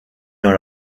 dans